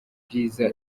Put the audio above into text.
byiza